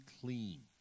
clean